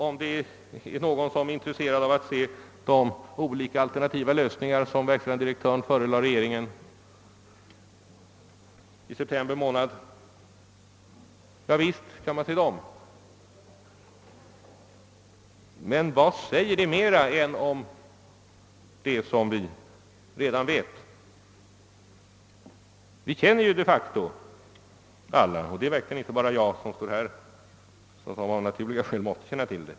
Och visst går det att få ta del av de alternativa lösningar som verkställande direktören förelade regeringen i september månad. Men vad säger de mera än det gör som vi redan vet? Vi känner de facto alla till utvecklingen, och det gäller verkligen inte bara mig som av naturliga skäl måste känna till den.